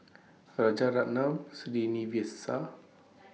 Rajaratnam Srinivasa